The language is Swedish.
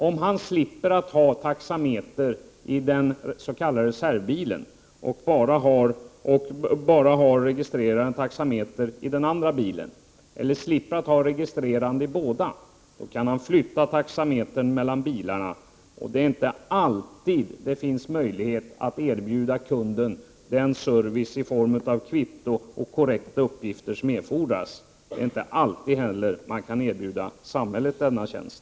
Om han slipper att ha registrerande taxameter i reservbilen och bara har det i den ordinarie bilen, kan han flytta taxametern mellan bilarna. Det är inte alltid möjligt att erbjuda kunden den service i form av kvitto och korrekta uppgifter som erfordras. Det är inte heller alltid man kan erbjuda samhället denna tjänst.